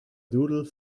doodle